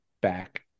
back